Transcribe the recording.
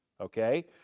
okay